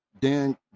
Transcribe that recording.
Dan